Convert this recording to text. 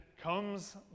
comes